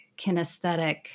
kinesthetic